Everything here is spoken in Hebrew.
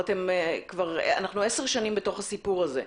אנחנו כבר עשר שנים בתוך הסיפור הזה.